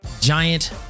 Giant